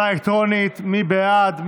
מי בעד?